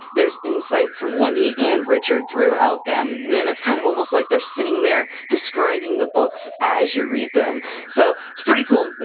there's insight from wendy and richard throughout them! then it's kind of almost like they're sitting there describing the books as you read them! so it's pretty cool!